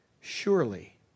surely